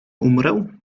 umrę